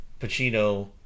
Pacino